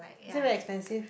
is it very expensive